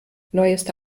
neueste